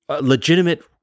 legitimate